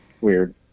weird